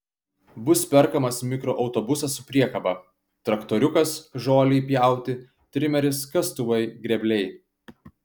bus perkamas mikroautobusas su priekaba traktoriukas žolei pjauti trimeris kastuvai grėbliai